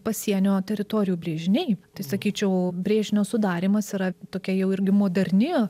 pasienio teritorijų brėžiniai tai sakyčiau brėžinio sudarymas yra tokia jau irgi moderni